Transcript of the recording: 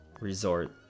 resort